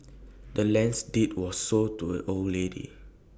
the land's deed was sold to A old lady